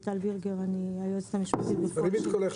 אני היועצת המשפטית בפועל של רשות